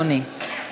אדוני.